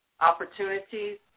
opportunities